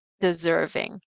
deserving